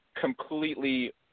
completely